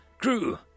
Crew